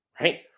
right